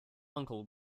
uncle